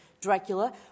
Dracula